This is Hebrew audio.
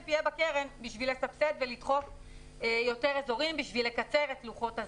יהיה בקרן בשביל לסבסד ולדחוף יותר אזורים כדי לקצראת לוחות הזמנים.